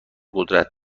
قدرت